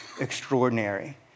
extraordinary